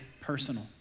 personal